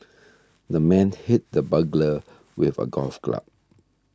the man hit the burglar with a golf club